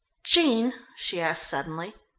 jean, she asked suddenly,